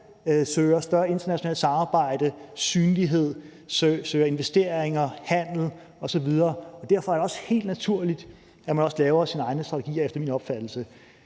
søger større internationalt samarbejde, synlighed, søger investeringer, handel osv., og derfor er det efter min opfattelse også helt naturligt, at man laver sine egne strategier. Det